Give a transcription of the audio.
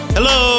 Hello